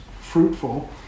fruitful